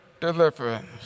deliverance